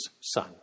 son